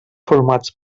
formats